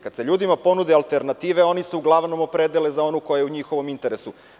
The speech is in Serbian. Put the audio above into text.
Kada se ljudima ponudi alternativa oni se uglavnom opredele za onu koja je u njihovom interesu.